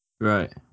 right